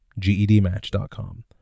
GEDMatch.com